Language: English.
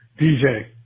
DJ